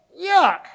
Yuck